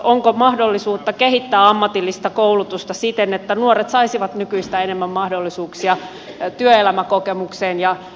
onko mahdollisuutta kehittää ammatillista koulutusta siten että nuoret saisivat nykyistä enemmän mahdollisuuksia työelämäkokemukseen ja oppimiseen työpaikoilla